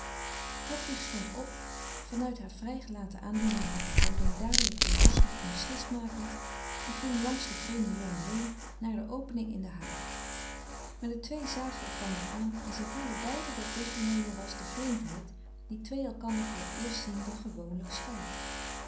hedwig stond op van uit haar vrijgelaten aandoening hare houding dadelijk weer rustig en beslist makend en ging langs den vreemden jongen heen naar de opening in de haag maar de twee zagen elkander aan en zij voelden beiden dat weggenomen was de vreemdheid die twee elkander voor t eerst zienden gewoonlijk scheidt